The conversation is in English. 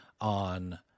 on